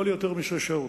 לא ליותר משש שעות.